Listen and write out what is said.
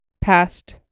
past